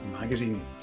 magazine